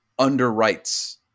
underwrites